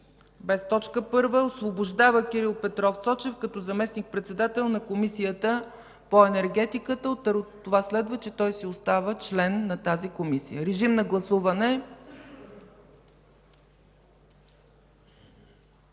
събрание РЕШИ: Освобождава Кирил Петров Цочев като заместник-председател на Комисията по енергетика.” От това следва, че той си остава член на тази Комисия. Моля, гласувайте.